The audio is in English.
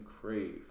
crave